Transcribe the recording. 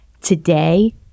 today